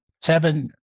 seven